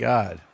God